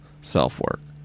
self-work